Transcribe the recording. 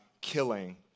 killing